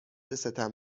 ستم